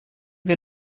wir